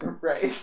right